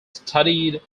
studied